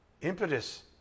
Impetus